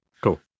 cool